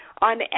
on